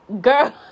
Girl